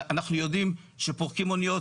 אנחנו יודעים שפורקים אוניות,